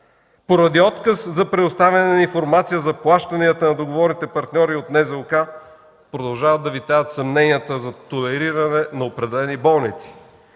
Поради отказ за предоставяне на информация за плащанията на договорните партньори от НЗОК, продължават да витаят съмненията за толериране на определени болници.